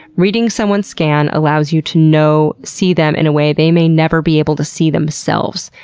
reading someone's scan allows you to know see them in a way they may never be able to see themselves.